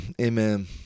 amen